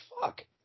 fuck